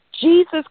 Jesus